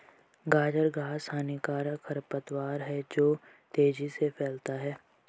गाजर घास हानिकारक खरपतवार है जो तेजी से फैलता है